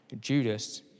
Judas